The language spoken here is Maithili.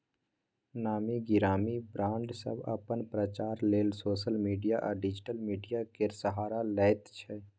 नामी गिरामी ब्राँड सब अपन प्रचार लेल सोशल आ डिजिटल मीडिया केर सहारा लैत छै